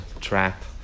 trap